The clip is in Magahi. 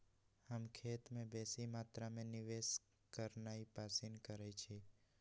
हम खेत में बेशी मत्रा में निवेश करनाइ पसिन करइछी